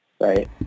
right